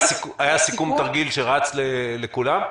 היה סיכום תרגיל שרץ לכולם?